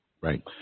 Right